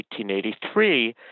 1883